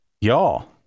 y'all